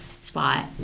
spot